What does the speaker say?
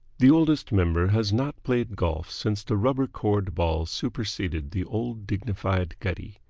the oldest member has not played golf since the rubber-cored ball superseded the old dignified gutty.